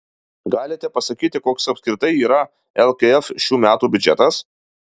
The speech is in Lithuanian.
galite pasakyti koks apskritai yra lkf šių metų biudžetas